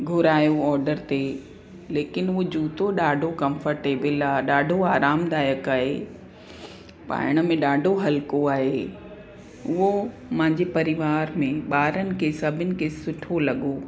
घुरायो ऑडर ते लेकिन हू जूतो ॾाढो कंफ़र्टेबल आहे ॾाढो आरामदायक आहे पाइण में ॾाढो हल्को आहे उहो मुहिंजे परिवार में ॿारनि खे सभिनि खे सुठो लॻो